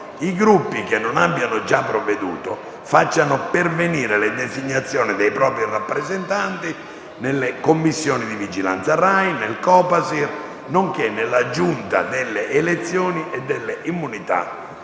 i Gruppi che non abbiano già provveduto facciano pervenire le designazioni dei propri rappresentanti nella Commissione di vigilanza RAI, nel Copasir, nonché nella Giunta delle elezioni e delle immunità